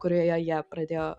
kurioje jie pradėjo